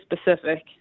specific